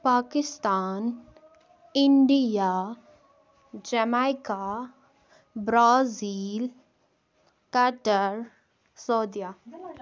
Pakistan India Jamaica Brazil Qatar سۄدِیا